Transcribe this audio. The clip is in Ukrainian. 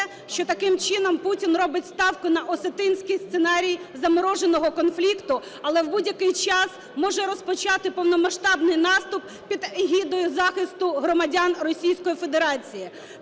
що таким чином Путін робить ставку на осетинський сценарій замороженого конфлікту, але в будь-який час може розпочати повномасштабний наступ під егідою захисту громадян Російської Федерації.